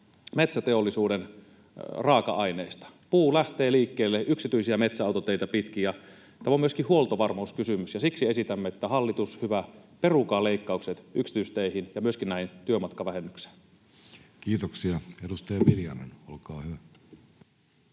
metsäteollisuuden, raaka-aineesta: puu lähtee liikkeelle yksityisiä metsäautoteitä pitkin. Tämä on myöskin huoltovarmuuskysymys, ja siksi esitämme, että hallitus hyvä, perukaa leikkaukset yksityisteihin ja myöskin tähän työmatkavähennykseen.